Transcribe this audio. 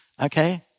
Okay